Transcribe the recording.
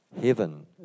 Heaven